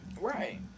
right